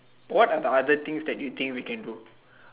what are the other things that you think we can do